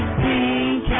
pink